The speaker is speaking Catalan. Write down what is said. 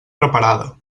preparada